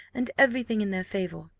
and every thing in their favour,